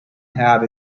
have